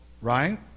right